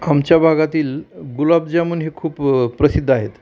आमच्या भागातील गुलाबजामून हे खूप प्रसिद्ध आहेत